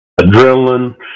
adrenaline